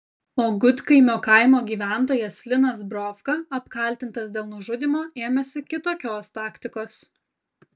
o gudkaimio kaimo gyventojas linas brovka apkaltintas dėl nužudymo ėmėsi kitokios taktikos